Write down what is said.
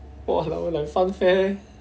!walao! like funfair